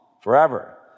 forever